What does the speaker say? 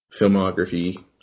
filmography